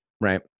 Right